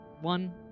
one